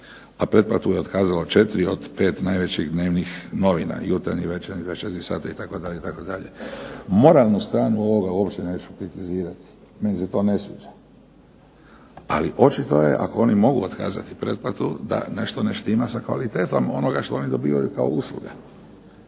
a pretplatu je otkazalo 4 od 5 najvećih dnevnih novina – Jutarnji, Večernji, 24 sata itd. Moralnu stranu ovoga uopće neću kritizirati. Meni se to ne sviđa, ali očito je ako oni mogu otkazati pretplatu da nešto ne štima sa kvalitetom onoga što oni dobivaju kao usluge.